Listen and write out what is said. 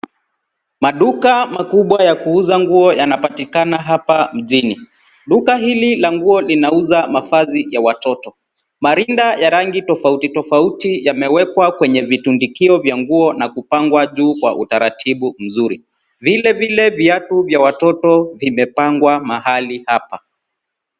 Maduka makubwa ya kuuza nguo yanapatikana hapa mjini. Duka hili la nguo linauza mavazi ya watoto .Marinda ya rangi tofau tofauti yamewekwa kwenye virundikio vya nguo na kupangwa juu kwa utaratibu mzuri. Vilevile viatu vya watoto vimepangwa hapa.